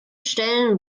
stellen